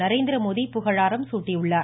நரேந்திரமோடி புகழாரம் சூட்டிடள்ளார்